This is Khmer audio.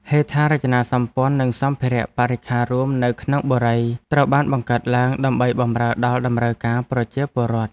ហេដ្ឋារចនាសម្ព័ន្ធនិងសម្ភារៈបរិក្ខាររួមនៅក្នុងបុរីត្រូវបានបង្កើតឡើងដើម្បីបម្រើដល់តម្រូវការប្រជាពលរដ្ឋ។